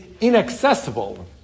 inaccessible